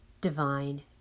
Divine